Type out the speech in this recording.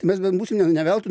tai mes bent būsim ne ne veltui